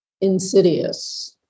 insidious